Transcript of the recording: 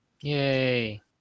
Yay